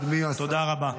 תודה רבה.